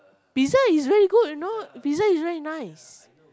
pizza is very good you know pizza is very nice